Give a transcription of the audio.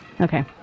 Okay